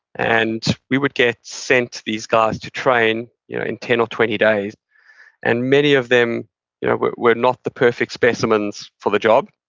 and we would get sent these guys to train you know in ten or twenty days and many of them yeah were not the perfect specimens for the job.